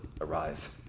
arrive